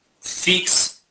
fix